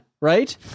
right